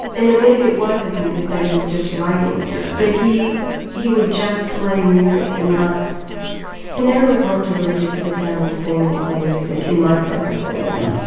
and maybe it was his music that he was just writing. yeah but he he would just play music and not he never was one to really just sit down and sing and play music in my presence anyway.